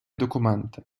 документи